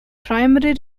primary